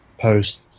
post